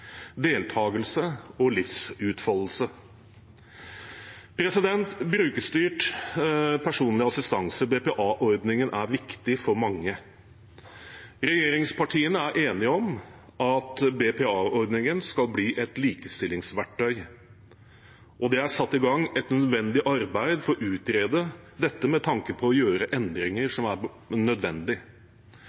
og livsutfoldelse. Brukerstyrt personlig assistanse, BPA-ordningen, er viktig for mange. Regjeringspartiene er enige om at BPA-ordningen skal bli et likestillingsverktøy, og det er satt i gang et nødvendig arbeid for å utrede dette, med tanke på å gjøre endringer som er